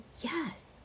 Yes